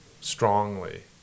strongly